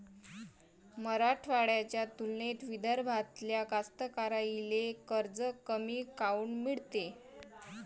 मराठवाड्याच्या तुलनेत विदर्भातल्या कास्तकाराइले कर्ज कमी काऊन मिळते?